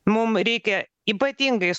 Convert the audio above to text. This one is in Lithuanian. mum reikia ypatingai s